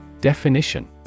Definition